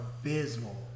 abysmal